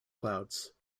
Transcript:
clouds